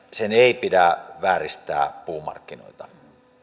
sen pidä vääristää puumarkkinoita